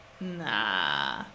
nah